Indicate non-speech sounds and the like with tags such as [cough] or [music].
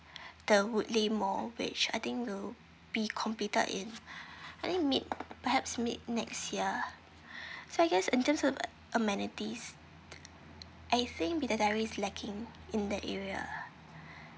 [breath] the woodleigh mall which I think will be completed in [breath] I think mid perhaps mid next year [breath] so I guess in terms of amenities I think bidadari lacking in that area [breath]